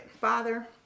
Father